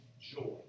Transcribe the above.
joy